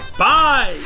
bye